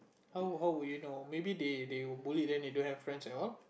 how how would you know maybe they they were bullied then they don't have friends at all